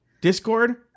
Discord